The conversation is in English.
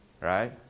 Right